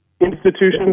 Institutions